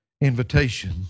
invitation